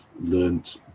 learned